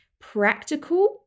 practical